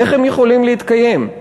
איך הם יכולים להתקיים?